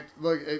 Look